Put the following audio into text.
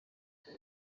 uri